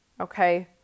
Okay